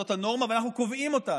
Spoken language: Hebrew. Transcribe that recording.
זאת הנורמה, ואנחנו קובעים אותה.